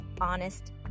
honest